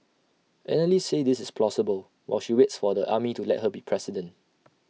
analysts say this is plausible while she waits for the army to let her be president